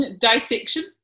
Dissection